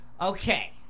Okay